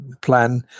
plan